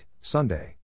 Sunday